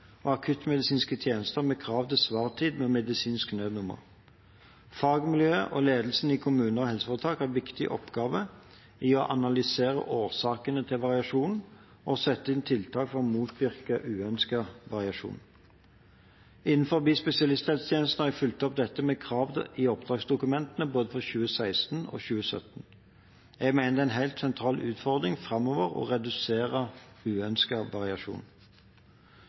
og akuttmedisinske tjenester med krav til svartid på medisinsk nødnummer. Fagmiljøene og ledelsen i kommuner og helseforetak har en viktig oppgave i å analysere årsakene til variasjon og sette inn tiltak for å motvirke uønsket variasjon. Innenfor spesialisthelsetjenesten har jeg fulgt opp dette med krav i oppdragsdokumentet for både 2016 og 2017. Jeg mener det er en helt sentral utfordring framover å redusere uønsket variasjon.